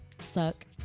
suck